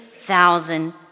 thousand